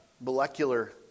molecular